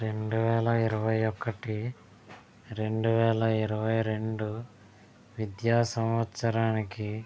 రెండు వేల ఇరవై ఒకటి రెండు వేల ఇరవై రెండు విద్యా సంవత్సరానికి